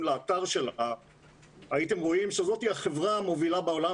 לאתר שלה הייתם רואים שזאת החברה המובילה בעולם,